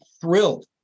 thrilled